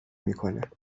میکنه